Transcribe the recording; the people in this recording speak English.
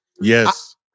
Yes